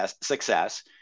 success